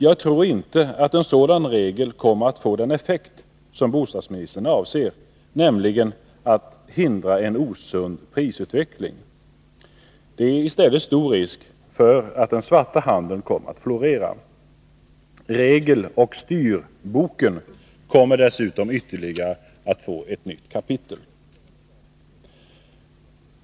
Jag tror inte att en sådan regel kommer att få den effekt som bostadsministern avser, nämligen att hindra en osund prisutveckling. I stället är risken stor för att den svarta handeln kommer att florera. Regeloch styrboken kommer dessutom att få ytterligare ett nytt kapitel.